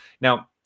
Now